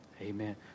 Amen